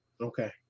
Okay